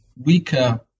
weaker